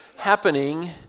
happening